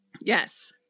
Yes